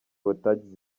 batagize